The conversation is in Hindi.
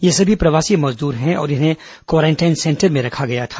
ये सभी प्रवासी मजदूर है और इन्हें क्वारेंटाइन सेंटर में रखा गया था